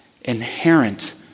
inherent